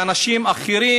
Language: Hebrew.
שאנשים אחרים,